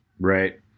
Right